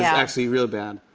actually real bad.